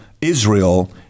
Israel